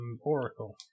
oracle